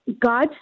God